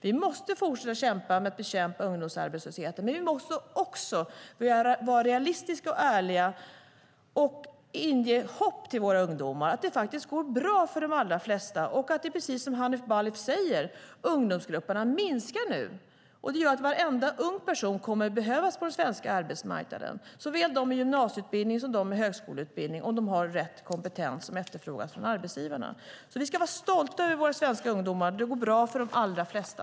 Vi måste fortsätta att bekämpa ungdomsarbetslösheten, men vi måste också vara realistiska och ärliga och inge våra ungdomar hopp. Det går faktiskt bra för de allra flesta. Som Hanif Bali säger minskar ungdomsgrupperna nu, och det gör att varenda ung person kommer att behövas på den svenska arbetsmarknaden, såväl de med gymnasieutbildning som de med högskoleutbildning, om de har rätt kompetens som efterfrågas från arbetsgivarna. Vi ska vara stolta över våra svenska ungdomar. Det går bra för de allra flesta.